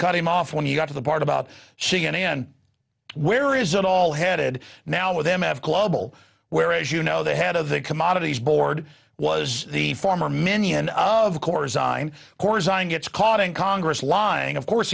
cut him off when you got to the part about c n n where is it all headed now with m f global where as you know the head of the commodities board was the former many and of course i'm course i'm gets caught in congress lying of course